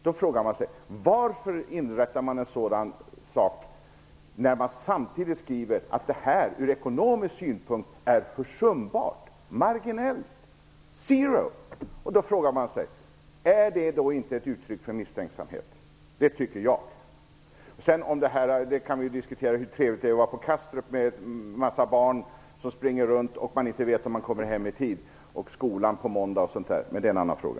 Då frågar man sig: Varför inrättas en sådan här sak när det samtidigt skrivs att det ur ekonomisk synpunkt är försumbart, marginellt? Är det då inte ett uttryck för misstänksamhet? Det tycker jag. Vi kan naturligtvis diskutera hur trevligt det är på Kastrup med en massa barn som springer runt och man vet inte om man kommer hem i tid till skolan på måndag, men det är en annan fråga.